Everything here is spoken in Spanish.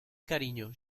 cariño